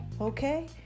okay